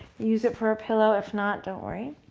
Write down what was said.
use it for a pillow. if not, don't worry.